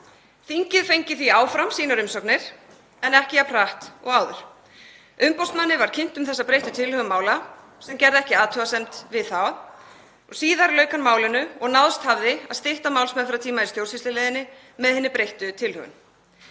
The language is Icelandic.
Þingið fengi því áfram sínar umsagnir en ekki jafn hratt og áður. Umboðsmanni var kynnt um þessa breyttu tilhögun mála og gerði ekki athugasemd við það og síðar lauk málinu og náðst hafði að stytta málsmeðferðartíma í stjórnsýsluleiðinni með hinni breyttu tilhögun.